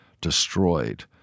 destroyed